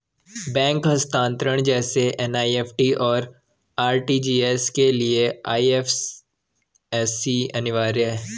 bank हस्तांतरण जैसे NEFT, और आर.टी.जी.एस के लिए आई.एफ.एस.सी अनिवार्य है